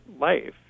life